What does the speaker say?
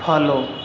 follow